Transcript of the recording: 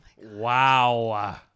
Wow